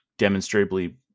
demonstrably